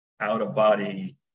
out-of-body